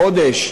חודש,